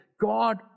God